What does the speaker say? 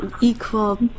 Equal